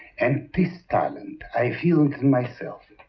and this talent i feel myself.